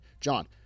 John